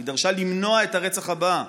היא דרשה למנוע את הרצח הבא.